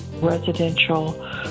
residential